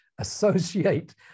associate